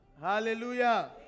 Hallelujah